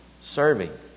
serving